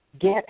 Get